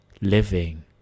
Living